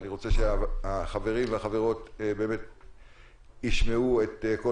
אני רוצה שהחברים והחברות ישמעו את כל